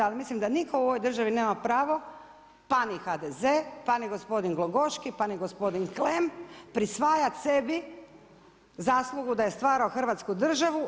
Ali mislim da nitko u ovoj državi nema pravo, pa ni HDZ, pa ni gospodin Glogoški, pa ni gospodin Klem prisvajati sebi zaslugu da je stvarao Hrvatsku državu.